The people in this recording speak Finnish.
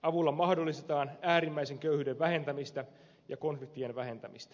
avulla mahdollistetaan äärimmäisen köyhyyden vähentämistä ja konfliktien vähentämistä